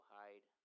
hide